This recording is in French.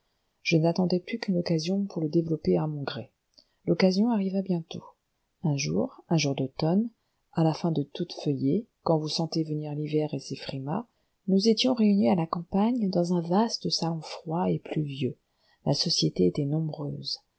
je n'attendais plus qu'une occasion pour le développer à mon gré l'occasion arriva bientôt un jour un jour d'automne à la fin de toute feuillée quand vous sentez venir l'hiver et ses frimas nous étions réunis à la campagne dans un vaste salon froid et pluvieux la société était nombreuse